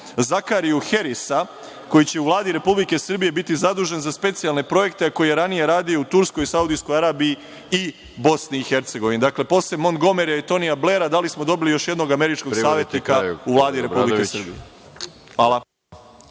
Zakarija Herisa, koji će u Vladi Republike Srbije biti zadužen za specijalne projekte, koji je ranije radio u Turskoj, Saudijskoj Arabiji i Bosni i Hercegovini? Dakle, Montgomera i Tonija Blera, da li smo dobili još jednog američkog savetnika u Vladi Republike Srbije? Hvala.